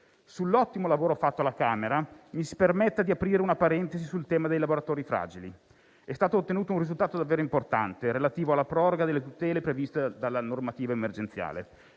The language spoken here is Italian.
Sull'ottimo lavoro fatto alla Camera, mi si permetta di aprire una parentesi sul tema dei lavoratori fragili. È stato ottenuto un risultato davvero importante, relativo alla proroga delle tutele previste dalla normativa emergenziale.